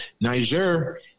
Niger